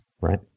Right